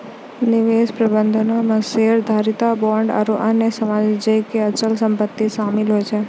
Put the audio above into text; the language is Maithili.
निवेश प्रबंधनो मे शेयरधारिता, बांड आरु अन्य सम्पति जेना कि अचल सम्पति शामिल होय छै